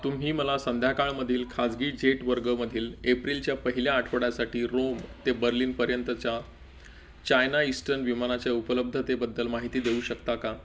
तुम्ही मला संध्याकाळमधील खाजगी जेट वर्गमधील एप्रिलच्या पहिल्या आठवड्यासाठी रोम ते बर्लिनपर्यंतच्या चायना इस्टर्न विमानाच्या उपलब्धतेबद्दल माहिती देऊ शकता का